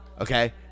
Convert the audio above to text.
Okay